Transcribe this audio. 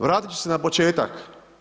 Vratit ću se na početak.